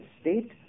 state